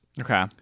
okay